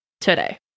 today